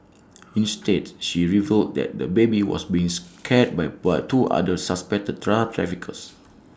instead she revealed that the baby was being cared by what two other suspected drug traffickers